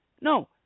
no